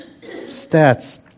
stats